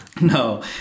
no